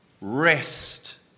Rest